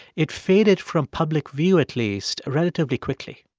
it faded from public view, at least, relatively quickly